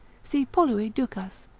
si polui ducas,